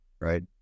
right